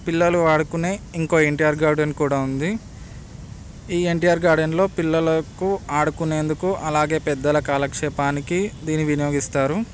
పిల్లలు ఆడుకునే ఇంకో ఎన్టీఆర్ గార్డెన్ కూడా ఉంది ఈ ఎన్టీఆర్ గార్డెన్లో పిల్లలకు ఆడుకునేందుకు అలాగే పెద్దల కాలక్షేపానికి దీన్ని వినియోగిస్తారు